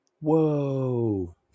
Whoa